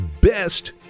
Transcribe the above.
best